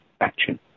action